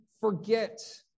forget